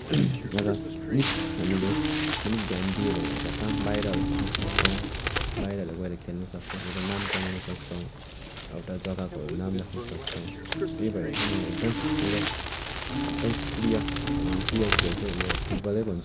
र अलिक हामीले त्यसमा अलिक ध्यान दियो भने हामी कहाँ कहाँ बाहिरहरू पनि पुग्नु सक्छौँ बाहिरहरू गएर खेल्न सक्छौँ एउटा नाम कमाउन सक्छौँ एउटा जग्गाकोहरू नाम राख्न सक्छौँ त्यही भएर चाहिँ मलाई एकदम मेरो एकदम प्रिय प्रिय खेल चाहिँ यो फुटबलै भन्छु म चाहिँ